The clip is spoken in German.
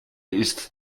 ist